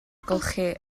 olchi